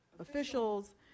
officials